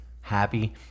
happy